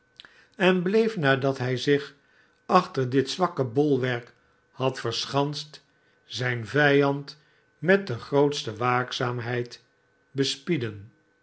en bleef nadat hij zich achter dit zwakke bolwerk had verschanst zijn vijand met de grootste waakzaamheid bespieden